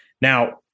Now